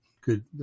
good